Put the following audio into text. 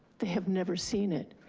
they have never seen it.